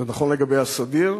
זה נכון לגבי הסדיר,